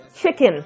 chicken